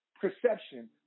perception